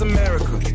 America